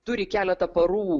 turi keletą parų